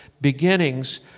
beginnings